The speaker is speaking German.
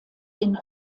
den